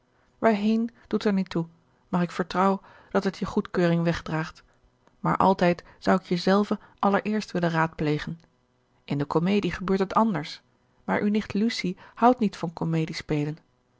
waarheen doet er niet toe maar ik vertrouw dat het je goedkeuring wegdraagt maar altijd zou ik je zelve allereerst willen raadplegen in de komedie gebeurt het anders maar uw nicht lucie houdt niet van komedie spelen